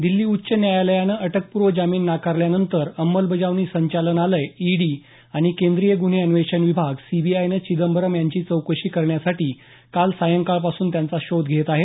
दिल्ली उच्च न्यायालयानं अटकपूर्व जामीन नाकारल्यानंतर अंमलबजावणी संचालनालय ईडी आणि केंद्रीय गुन्ह अन्वेषण विभाग सीबीआयनं चिदंबरम यांची चौकशी करण्यासाठी काल सायंकाळपासून त्यांचा शोध घेत आहेत